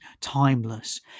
timeless